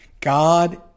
God